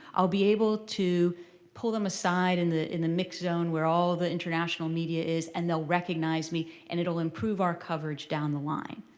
i'll be able to pull them aside and in the mix zone where all the international media is, and they'll recognize me, and it will improve our coverage down the line.